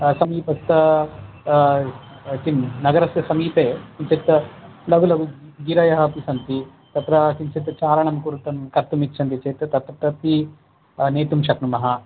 समीपस्थस्य किं नगरस्य समीपे किञ्चित् ल लघु लघुगिरयः अपि सन्ति तत्र किञ्चित् चारणं कुर्तं कर्तुम् इच्छन्ति चेत् तत्र प्रति नेतुं शक्नुमः